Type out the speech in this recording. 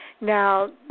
Now